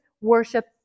worship